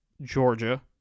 Georgia